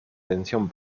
tensión